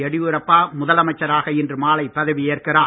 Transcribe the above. எடியூரப்பா முதலமைச்சராக இன்று மாலை பதவியேற்கிறார்